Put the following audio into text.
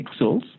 pixels